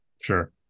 Sure